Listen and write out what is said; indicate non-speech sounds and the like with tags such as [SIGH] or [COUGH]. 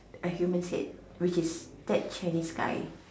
a human's head which is that Chinese [BREATH] guy